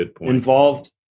involved